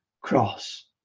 cross